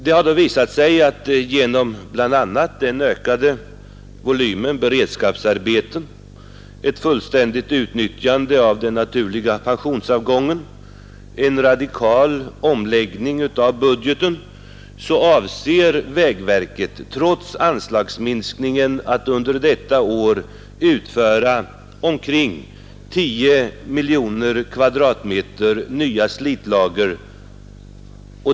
Det har visat sig att genom bl.a. den ökade volymen beredskapsarbeten, ett fullständigt utnyttjande av den naturliga pensionsavgången och en radikal omläggning av budgeten avser vägverket trots anslagsminskningen att under detta år utföra omkring tio miljoner kvadratmeter nya slitlager.